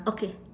okay